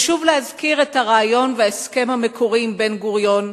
חשוב להזכיר את הרעיון וההסכם המקורי עם בן-גוריון,